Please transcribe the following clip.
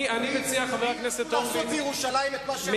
מי יכול לעשות במאה-שערים את מה שהם עושים,